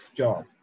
job